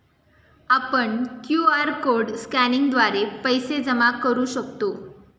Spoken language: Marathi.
आपण क्यू.आर कोड स्कॅनिंगद्वारे पैसे जमा करू शकतो